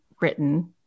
written